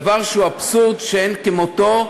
דבר שהוא אבסורד שאין כמותו.